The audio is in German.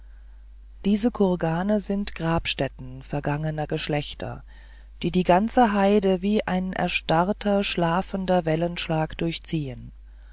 diese kurgane sind grabstätten vergangener geschlechter die die ganze heide wie ein erstarrter schlafender wellenschlag durchziehen